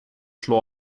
slå